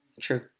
true